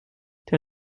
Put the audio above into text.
der